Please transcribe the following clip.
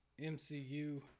MCU